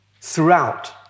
throughout